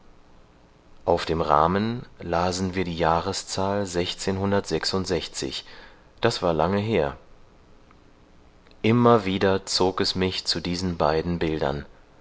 auf dem rahmen lasen wir die jahreszahl das war lange her immer wieder zog es mich zu diesen beiden bildern